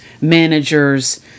managers